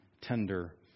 tender